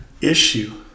issue